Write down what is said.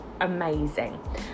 amazing